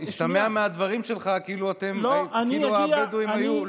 השתמע מהדברים שלך כאילו הבדואים היו,